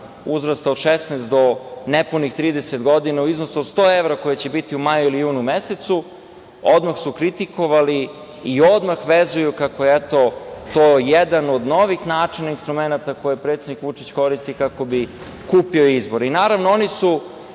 uzrasta od 16 do nepunih 30 godina u iznosu od 100 evra koje će biti u maju ili junu mesecu, odmah su kritikovali i odmah vezuju kako je to jedan od novih načina, instrumenata koje predsednik Vučić koristi kako bi kupio izbore. Naravno, oni su